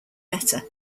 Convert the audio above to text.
better